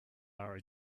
are